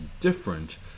different